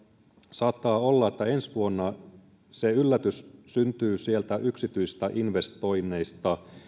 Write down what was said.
saattaa olla että ensi vuonna se yllätys syntyy sieltä yksityisistä investoinneista